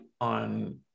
on